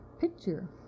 picture